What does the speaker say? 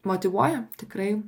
motyvuoja tikrai